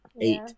Eight